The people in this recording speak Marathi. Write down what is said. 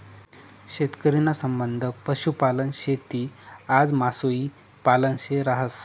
शेतकरी ना संबंध पशुपालन, शेती आजू मासोई पालन शे रहास